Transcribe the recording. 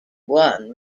one